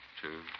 two